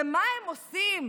ומה הם עושים,